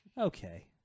Okay